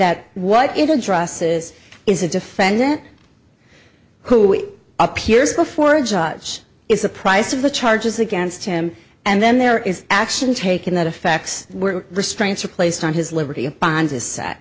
that what it addresses is a defendant who appears before a judge is the price of the charges against him and then there is action taken that effects were restraints are placed on his liberty bonds is